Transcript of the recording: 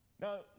now